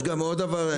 יש גם עוד דבר,